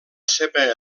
seva